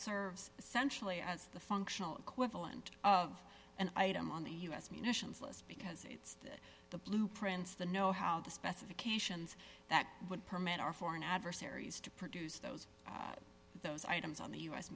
serves essentially as the functional equivalent of an item on the u s munitions list because it's the blueprints the know how the specifications that would permit our foreign adversaries to produce those those items on the u